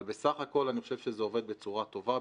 אבל בסך הכל אני חושב שזה עובד בצורה טובה,